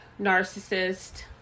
narcissist